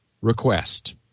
request